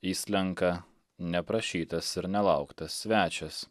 įslenka neprašytas ir nelauktas svečias